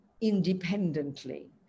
independently